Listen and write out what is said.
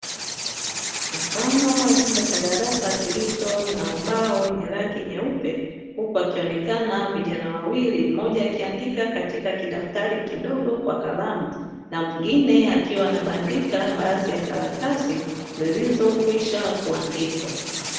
Mfano wa chumba cha darasa kilicho na ubao wenye rangi nyeupe; huku wakionekana vijana wawili, mmoja akiandika katika daftari kidogo kwa kalamu, na mwengine akiwa anabandika baadhi ya karatasi zilizokwisha kuandikwa.